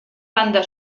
banda